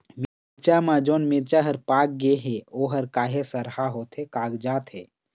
मिरचा म जोन मिरचा हर पाक गे हे ओहर काहे सरहा होथे कागजात हे?